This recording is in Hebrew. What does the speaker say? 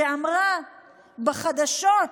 שאמרה בחדשות,